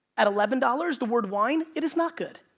at eleven dollars, the word wine, it is not good.